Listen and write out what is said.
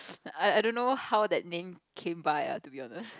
I I don't know how that name came by uh to be honest